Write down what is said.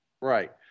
right